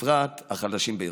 ובפרט החלשים ביותר.